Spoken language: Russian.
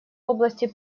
области